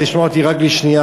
תשמע אותי רק לשנייה,